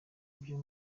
byo